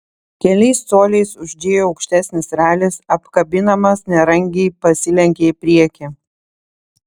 keliais coliais už džėjų aukštesnis ralis apkabinamas nerangiai pasilenkė į priekį